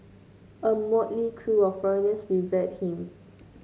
a motley crew of foreigners revered him